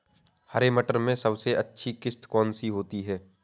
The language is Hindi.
हरे मटर में सबसे अच्छी किश्त कौन सी होती है?